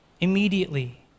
Immediately